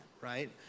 right